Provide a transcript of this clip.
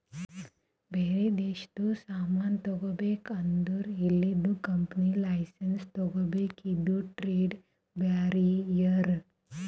ಬ್ಯಾರೆ ದೇಶದು ಸಾಮಾನ್ ತಗೋಬೇಕ್ ಅಂದುರ್ ಇಲ್ಲಿದು ಕಂಪನಿ ಲೈಸೆನ್ಸ್ ತಗೋಬೇಕ ಇದು ಟ್ರೇಡ್ ಬ್ಯಾರಿಯರ್